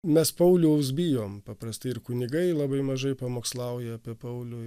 mes pauliaus bijom paprastai ir kunigai labai mažai pamokslauja apie paulių